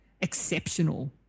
exceptional